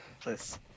please